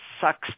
sucks